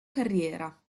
carriera